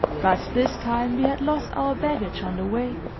but this time we had lost our baggage on the way.